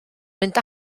mynd